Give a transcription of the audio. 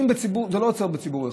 זה לא עוצר בציבור אחד.